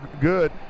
good